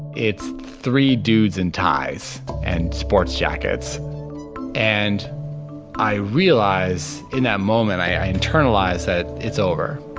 it's three dudes in ties and sports jackets and i realize in that moment i internalize that it's over.